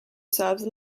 serves